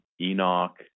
Enoch